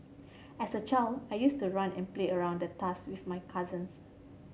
as a child I used to run and play around the tusk with my cousins